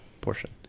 portion